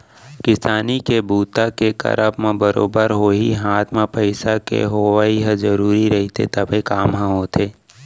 किसानी के काम बूता के करब म बरोबर होही हात म पइसा के होवइ ह जरुरी रहिथे तभे काम ह होथे